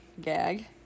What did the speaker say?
gag